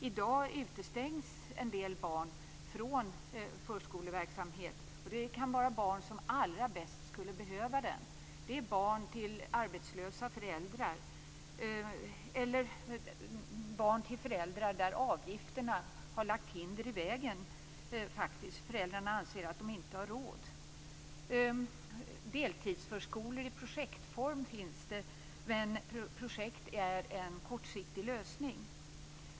I dag utestängs en del barn från förskoleverksamhet. Det kan vara barn som allra mest skulle behöva den, nämligen barn till arbetslösa föräldrar eller barn till föräldrar för vilka avgifterna har lagt hinder i vägen. Föräldrarna anser att de inte har råd. Det finns deltidsskolor i projektform, men projekt är en kortsiktig lösning.